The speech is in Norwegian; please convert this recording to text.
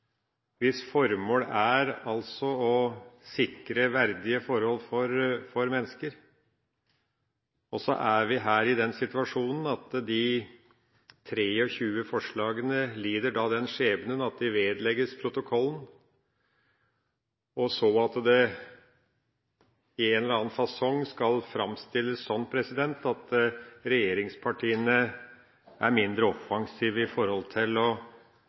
hvis formål er å sikre verdige forhold for mennesker. Vi er i den situasjonen at disse 23 forslagene lider den skjebne at de «vedlegges protokollen», og at det så i en eller annen form skal framstilles som om regjeringspartiene er mindre offensive når det gjelder å gi verdige forhold